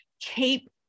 keep